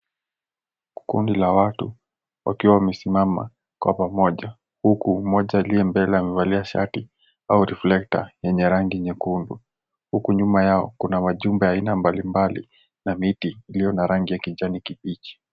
Kundi la watu wakiwa wamesimama kwa pamoja, huku mmoja aliye mbele amevalia shati au reflector yenye rangi nyekundu huku nyuma yao kuna majumba ya aina mbalimbali na miti iliyo na rangi ya kijani kibichi.